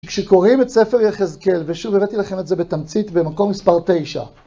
כשקוראים את ספר יחזקאל, ושוב הבאתי לכם את זה בתמצית, במקום מספר 9.